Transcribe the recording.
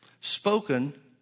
spoken